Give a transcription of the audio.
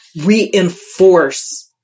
reinforce